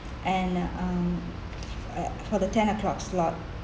and um for the ten o'clock slot